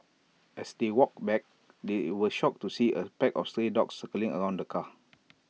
as they walked back they were shocked to see A pack of stray dogs circling around the car